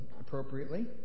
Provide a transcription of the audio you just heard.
appropriately